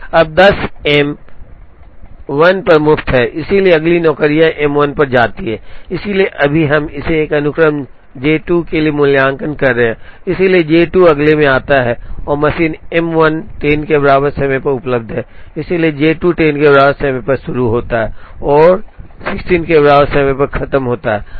अब 10 M 1 पर मुफ़्त है और इसलिए अगली नौकरी M 1 पर जाती है इसलिए अभी हम इसे एक अनुक्रम J 2 के लिए मूल्यांकन कर रहे हैं इसलिए J 2 अगले में आता है मशीन M 1 10 के बराबर समय पर उपलब्ध है इसलिए J 2 10 के बराबर समय पर शुरू होता है और 16 के बराबर समय पर खत्म होता है